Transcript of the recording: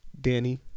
Danny